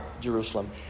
Jerusalem